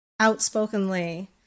outspokenly